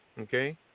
Okay